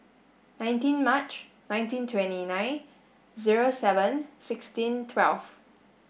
nineteen March nineteen twenty nine zero seven sixteen twelve